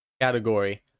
category